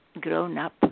grown-up